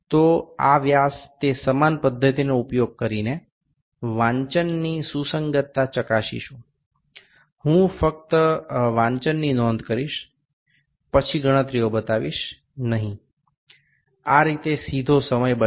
તો આ વ્યાસ તે સમાન પદ્ધતિનો ઉપયોગ કરીને વાંચનની સુસંગતતા ચકાસીશું હું ફક્ત વાંચનની નોંધ કરીશ પછી ગણતરીઓ બતાવીશ નહીં આ રીતે સીધો સમય બચશે